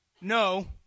no